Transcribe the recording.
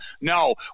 no